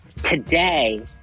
Today